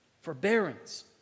Forbearance